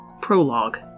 PROLOGUE